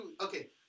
okay